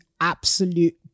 absolute